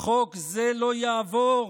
חוק זה לא יעבור.